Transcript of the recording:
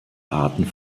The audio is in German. arten